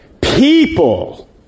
people